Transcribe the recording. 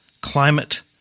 climate